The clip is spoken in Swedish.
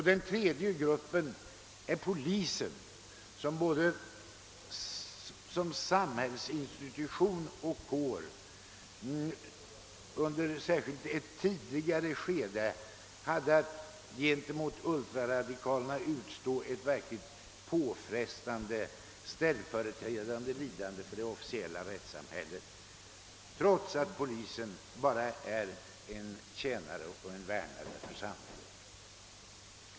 Den tredje gruppen är polisen, vilken både som samhällsinstitution och kår, särskilt under ett tidigare skede, hade att gentemot ultraradikalerna utstå ett påfrestande ställföreträdande lidande för det officiella rättssamhället, trots att polisen bara är en tjänare och en värnare av samhället.